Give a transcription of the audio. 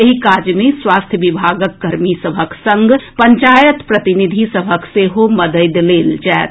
एहि काज मे स्वास्थ्य विभागक कर्मी सभक संग पंचायत प्रतिनिधि सभक सेहो मददि लेल जाएत